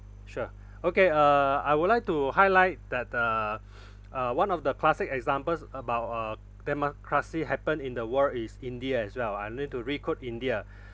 sure okay uh I would like to highlight that uh uh one of the classic examples about uh democracy happened in the world is india as well I need to re-quote india